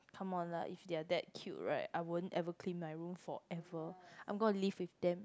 come on lah if they are that cute right I won't ever clean my room forever I'm gonna live with them